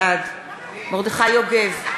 בעד מרדכי יוגב,